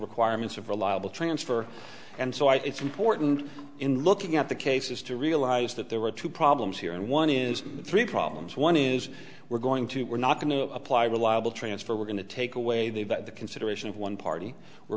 requirements of reliable transfer and so i it's important in looking at the cases to realize that there are two problems here and one is three problems one is we're going to we're not going to apply reliable transfer we're going to take away that the consideration of one party we're